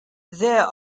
there